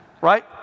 right